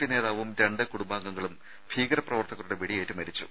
P നേതാവും രണ്ട് കുടുംബാംഗങ്ങളും ഭീകര പ്രവർത്തകരുടെ വെടിയേറ്റ് മരിച്ചു